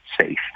safe